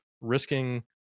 risking